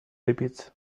repeats